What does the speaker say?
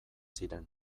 ziren